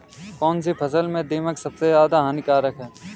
कौनसी फसल में दीमक सबसे ज्यादा हानिकारक है?